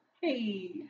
Hey